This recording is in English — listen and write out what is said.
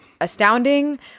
astounding